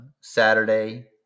Saturday